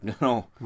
No